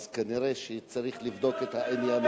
אז כנראה צריך לבדוק את העניין.